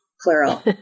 Plural